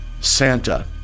Santa